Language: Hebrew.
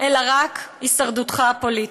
אלא רק הישרדותך הפוליטית.